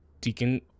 Deacon